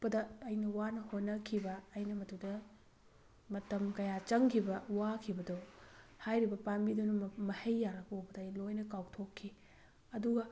ꯄꯗ ꯑꯩꯅ ꯋꯥꯅ ꯍꯣꯠꯅꯈꯤꯕ ꯑꯩꯅ ꯃꯗꯨꯗ ꯃꯇꯝ ꯀꯌꯥ ꯆꯪꯈꯤꯕ ꯋꯥꯈꯤꯕꯗꯣ ꯍꯥꯏꯔꯤꯕ ꯄꯥꯝꯕꯤꯗꯨꯅ ꯃꯍꯩ ꯌꯥꯜꯂꯛꯄ ꯎꯕꯗ ꯑꯩ ꯂꯣꯏꯅ ꯀꯥꯎꯊꯣꯛꯈꯤ ꯑꯗꯨꯒ